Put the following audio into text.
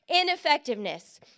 ineffectiveness